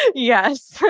yes.